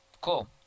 Cool